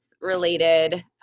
related